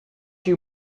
you